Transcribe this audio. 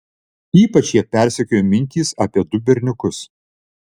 ypač ją persekiojo mintys apie du berniukus